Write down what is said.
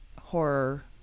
horror